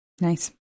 Nice